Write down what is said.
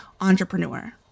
entrepreneur